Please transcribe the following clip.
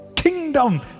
Kingdom